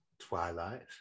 Twilight